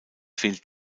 fehlt